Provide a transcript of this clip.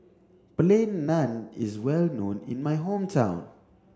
plain naan is well known in my hometown